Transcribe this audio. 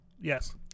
yes